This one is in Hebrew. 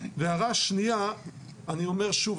ההערה השנייה אני אומר שוב,